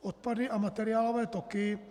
Odpady a materiálové toky.